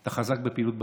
אתה חזק בפעילות בפשיעה,